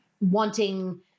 wanting